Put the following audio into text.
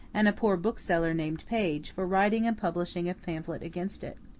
and a poor bookseller named page, for writing and publishing a pamphlet against it.